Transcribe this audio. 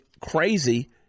crazy